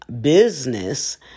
business